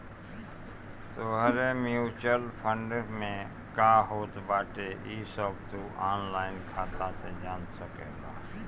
तोहरे mutual fund में का होत बाटे इ सब तू ऑनलाइन खाता से जान सकेला